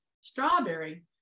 strawberry